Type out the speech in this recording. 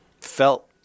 felt